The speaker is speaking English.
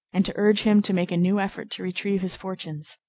and to urge him to make a new effort to retrieve his fortunes.